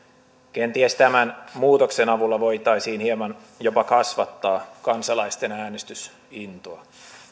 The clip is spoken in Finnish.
kenties tämän muutoksen avulla voitaisiin hieman jopa kasvattaa kansalaisten äänestysintoa